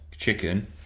chicken